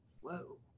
whoa